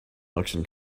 election